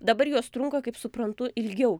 dabar jos trunka kaip suprantu ilgiau